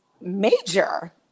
major